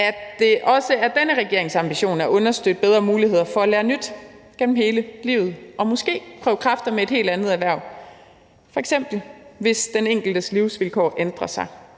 er denne regerings ambition at understøtte bedre muligheder for at lære nyt gennem hele livet og måske prøve kræfter med et helt andet erhverv, f.eks. hvis den enkeltes livsvilkår ændrer sig.